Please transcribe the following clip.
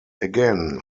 again